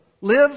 Live